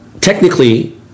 technically